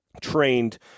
trained